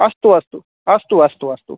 अस्तु अस्तु अस्तु अस्तु अस्तु